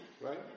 right